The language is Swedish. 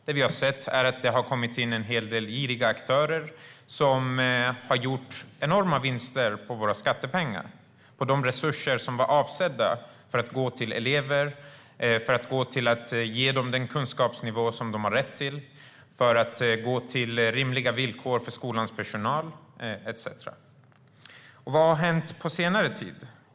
Det har kommit in giriga aktörer som har gjort enorma vinster på våra skattepengar och de resurser som var avsedda att gå till att ge elever den kunskapsnivå de har rätt till, till rimliga villkor för skolans personal etcetera. Vad har då hänt på senare tid?